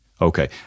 Okay